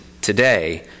today